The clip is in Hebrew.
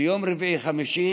ביום רביעי-חמישי